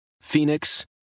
Phoenix